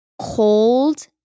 cold